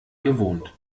gewohnt